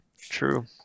true